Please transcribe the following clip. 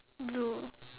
do